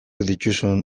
dituzun